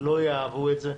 לא יאהבו את זה.